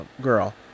girl